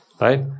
right